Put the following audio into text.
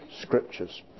scriptures